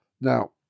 Now